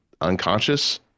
unconscious